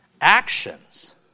Actions